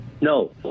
No